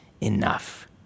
enough